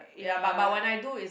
ya but but when I do is